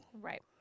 Right